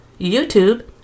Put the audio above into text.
YouTube